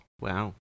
Wow